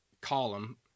column